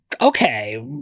okay